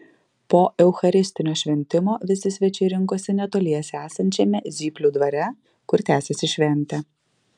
po eucharistinio šventimo visi svečiai rinkosi netoliese esančiame zyplių dvare kur tęsėsi šventė